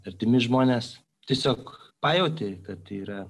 artimi žmonės tiesiog pajauti kad yra